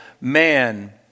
man